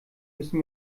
müssen